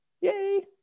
Yay